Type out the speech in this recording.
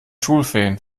schulferien